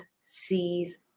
sees